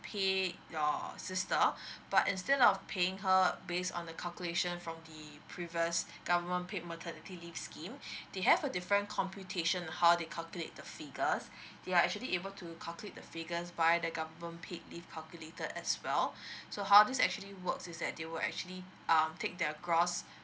pay your sister but instead of paying her based on the calculation from the previous government paid maternity leave scheme they have a different computation how they calculate the figured they are actually able to calculate the figures by the government paid leave calculator as well so how this actually works is that they will actually um take their gross